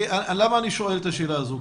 למה אני שואל את השאלה הזאת?